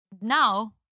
now